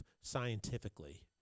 scientifically